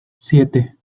siete